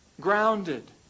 grounded